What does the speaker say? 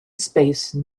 space